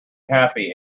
happy